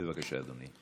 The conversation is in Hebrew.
בבקשה, אדוני.